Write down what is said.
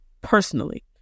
personally